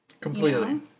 Completely